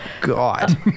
god